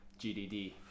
GDD